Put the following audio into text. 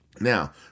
Now